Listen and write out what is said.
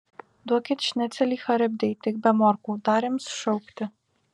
duokit šnicelį charibdei tik be morkų dar ims šaukti